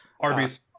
Arby's